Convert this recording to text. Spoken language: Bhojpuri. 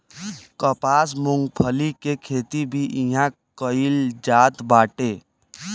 कपास, मूंगफली के खेती भी इहां कईल जात बाटे